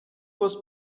was